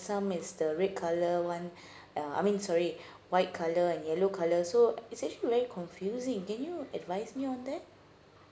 some is the red colour one uh I mean sorry white colour and yellow colour so it's actually very confusing can you advise me on that